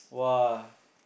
!wah!